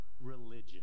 religion